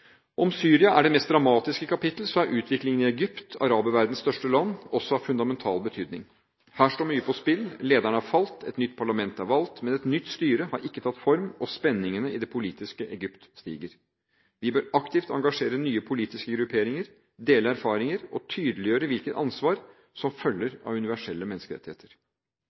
Om Syria er det mest dramatiske kapittel, så er utviklingen i Egypt, araberverdenens største land, også av fundamental betydning. Her står mye på spill. Lederen har falt, et nytt parlament er valgt, men et nytt styre har ikke tatt form, og spenningene i det politiske Egypt stiger. Vi bør aktivt engasjere nye politiske grupperinger, dele erfaringer og tydeliggjøre hvilket ansvar som følger av universelle menneskerettigheter.